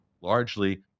largely